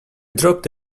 dropped